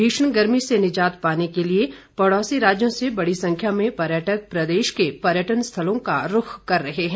भीषण गर्मी से निजात पाने के लिए पड़ौसी राज्यों से बड़ी संख्या में पर्यटक प्रदेश के पर्यटन स्थलों का रूख कर रहे हैं